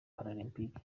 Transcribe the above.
paralempike